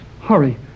Hurry